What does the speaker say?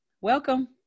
Welcome